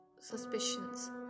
suspicions